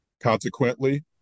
consequently